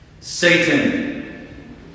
Satan